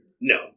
No